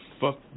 fuck